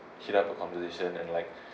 heat up a conversation and like